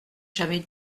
jamais